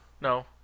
No